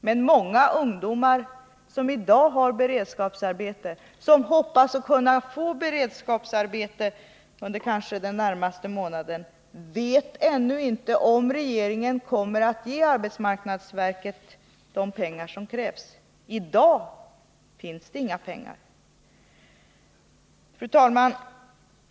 Men många ungdomar som i dag har beredskapsarbete eller som hoppas kunna få beredskapsarbete kanske under den närmaste månaden, vet ännu inte om regeringen kommer att ge arbetsmarknadsverket de pengar som krävs. I dag finns det inga pengar. Fru talman!